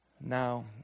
Now